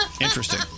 Interesting